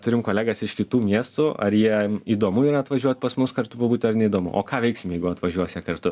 turim kolegas iš kitų miestų ar jiem įdomu yra atvažiuot pas mus kartu pabūti ar neįdomu o ką veiksim jeigu atvažiuos jie kartu